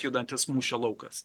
judantis mūšio laukas